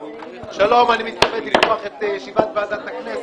לכולם, אני מתכבד לפתוח את ישיבת ועדת הכנסת.